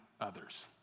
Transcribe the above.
others